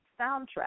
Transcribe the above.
soundtrack